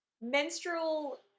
menstrual